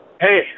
Hey